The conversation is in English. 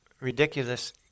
ridiculous